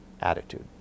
attitude